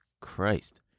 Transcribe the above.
Christ